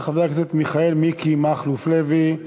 של חבר הכנסת מיכאל מיקי מכלוף לוי: